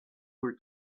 were